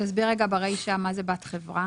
תסביר רגע ברישה מה זה בת-חברה.